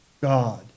God